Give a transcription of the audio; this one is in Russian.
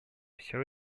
все